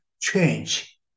change